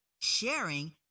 sharing